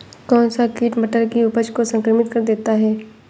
कौन सा कीट मटर की उपज को संक्रमित कर देता है?